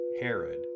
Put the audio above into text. Herod